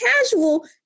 casual